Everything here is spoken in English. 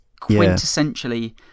quintessentially